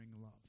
love